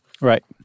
Right